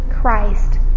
Christ